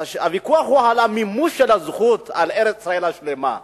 הוויכוח הוא על המימוש של הזכות על ארץ-ישראל השלמה.